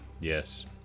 Yes